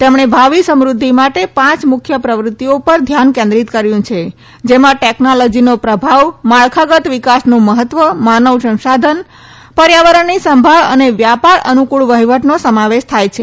તેમણે ભાવિ સમૃદ્ધિ માટે પાંચ મુખ્ય પ્રવૃત્તિઓ પર ધ્યાન કેન્દ્રીત કર્યું છે જેમાં ટેકનોલોજીનો પ્રભાવ માળખાગત વિકાસનું મહત્વ માનવ સંશાધન પર્યાવરણની સંભાળ અને વ્યાપાર અનુકુળ વહિવટનો સમાવેશ થાય છે